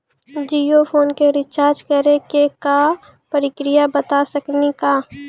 Jio phone के recharge करे के का प्रक्रिया बता साकिनी का?